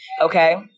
Okay